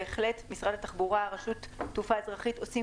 בהחלט משרד התחבורה ורשות התעופה האזרחית עושים